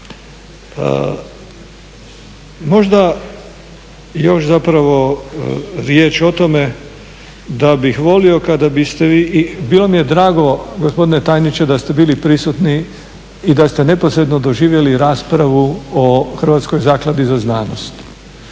Možda još zapravo riječ o tome da bih volio kada biste vi, bilo mi je drago gospodine tajniče da ste bili prisutni i da ste neposredno doživjeli raspravu o Hrvatskoj zakladi za znanost